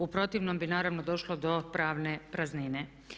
U protivnom bi naravno došlo do pravne praznine.